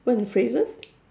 phrases